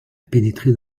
pénétré